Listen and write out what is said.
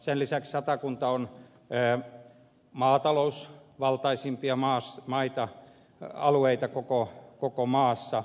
sen lisäksi satakunta on el maatalous valtaisimpia maassa maita maatalousvaltaisimpia alueita koko maassa